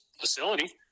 facility